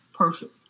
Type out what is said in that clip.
Perfect